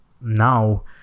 Now